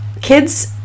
kids